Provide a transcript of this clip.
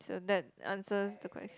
so that answers the ques~